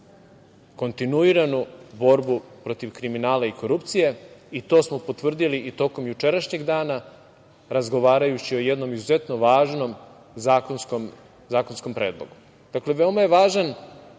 kontinuiranu borbu protiv kriminala i korupcije. To smo potvrdili i tokom jučerašnjeg dana razgovarajući o jednom izuzetnom važnom zakonskom predlogu. Veoma je važan